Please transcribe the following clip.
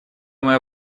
мое